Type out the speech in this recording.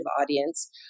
audience